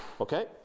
Okay